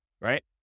Right